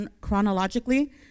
chronologically